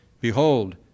Behold